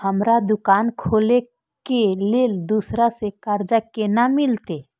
हमरा दुकान खोले के लेल दूसरा से कर्जा केना मिलते?